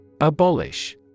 Abolish